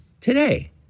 today